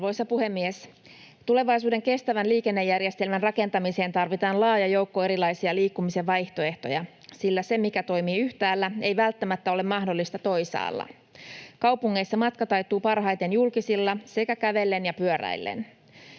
Arvoisa puhemies! Tulevaisuuden kestävän liikennejärjestelmän rakentamiseen tarvitaan laaja joukko erilaisia liikkumisen vaihtoehtoja, sillä se, mikä toimii yhtäällä, ei välttämättä ole mahdollista toisaalla. Kaupungeissa matka taittuu parhaiten julkisilla sekä kävellen ja pyöräillen.